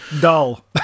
dull